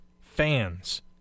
fans